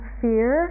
fear